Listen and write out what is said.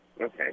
Okay